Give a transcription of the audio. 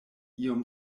iom